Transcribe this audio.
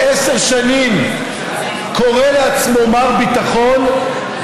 שעשר שנים קורא לעצמו "מר ביטחון",